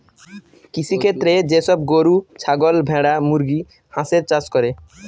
কৃষিক্ষেত্রে যে সব গরু, ছাগল, ভেড়া, মুরগি, হাঁসের চাষ করে